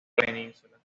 península